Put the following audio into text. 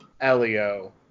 Elio